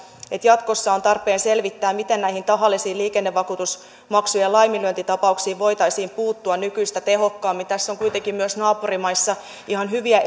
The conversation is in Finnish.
jatkossa on tarpeen selvittää miten näihin tahallisiin liikennevakuutusmaksujen laiminlyöntitapauksiin voitaisiin puuttua nykyistä tehokkaammin myös naapurimaissa kuitenkin on ihan hyviä